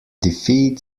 defeat